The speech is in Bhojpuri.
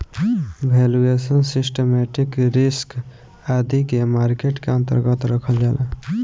वैल्यूएशन, सिस्टमैटिक रिस्क आदि के मार्केट के अन्तर्गत रखल जाला